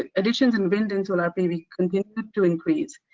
ah additions in wind and solar pv continued to increase,